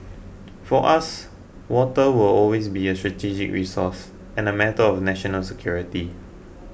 for us water will always be a strategic resource and a matter of national security